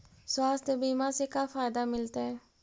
स्वास्थ्य बीमा से का फायदा मिलतै?